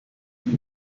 kumi